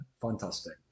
Fantastic